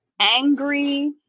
angry